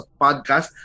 podcast